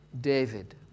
David